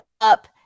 up